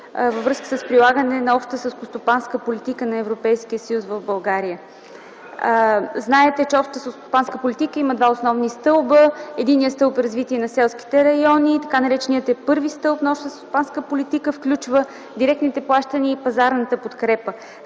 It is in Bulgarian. във връзка с прилагане на обща селскостопанска политика на Европейския съюз в България. Знаете, че общата селскостопанска политика има два основни стълба. Единият стълб е развитие на селските райони. Така нареченият първи стълб на общата селскостопанска политика включва директните плащания и пазарната подкрепа.